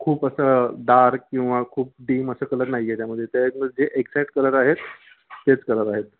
खूप असं डार्क किंवा खूप डीम असे कलर नाही आहे त्यामध्ये त्यात म्हणजे एक्झॅक्ट कलर आहेत तेच कलर आहेत